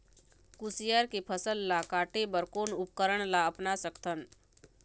कुसियार के फसल ला काटे बर कोन उपकरण ला अपना सकथन?